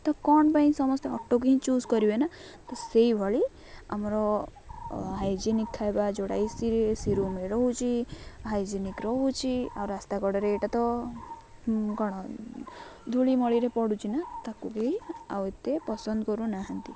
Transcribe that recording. ତ କ'ଣ ପାଇଁ ସମସ୍ତେ ଅଟୋକୁ ହିଁ ଚୁଜ୍ କରିବେ ନା ତ ସେଇଭଳି ଆମର ହାଇଜେନିକ୍ ଖାଇବା ଯୋଡ଼ା ଏ ସି ରୁମ୍ ରହୁଛି ହାଇଜେନିକ୍ ରହୁଛି ଆଉ ରାସ୍ତା କଡ଼ରେ ଏଇଟା ତ କ'ଣ ଧୂଳିମଳିରେ ପଡ଼ୁଛି ନା ତାକୁ ବି ଆଉ ଏତେ ପସନ୍ଦ କରୁନାହାନ୍ତି